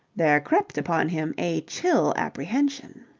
there crept upon him a chill apprehension.